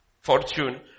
fortune